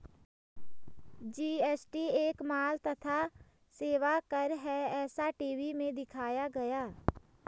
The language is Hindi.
जी.एस.टी एक माल तथा सेवा कर है ऐसा टी.वी में दिखाया गया